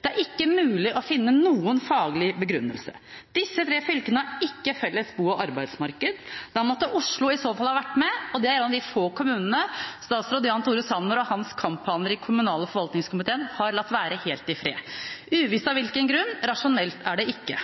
det er ikke mulig å finne noen faglig begrunnelse. Disse tre fylkene har ikke felles bo- og arbeidsmarked. Da måtte i så fall Oslo ha vært med, og det er en av de få kommunene statsråd Jan Tore Sanner og hans kamphaner i kommunal- og forvaltningskomiteen har latt være helt i fred – uvisst av hvilken grunn. Rasjonelt er det ikke.